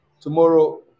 tomorrow